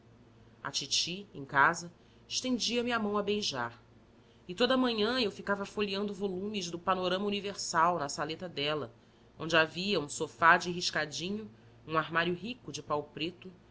a titi em casa estendia me a mão a beijar e toda a manhã eu ficava folheando volumes do panorama universal na saleta dela onde havia um sofá de riscadinho um armário rico de pau preto